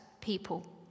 people